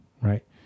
right